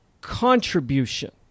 contribution